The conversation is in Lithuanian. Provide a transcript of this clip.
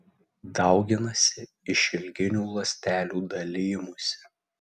dauginasi išilginiu ląstelių dalijimusi